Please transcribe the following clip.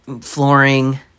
flooring